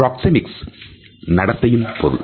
proxemics நடத்தையின் பொருள்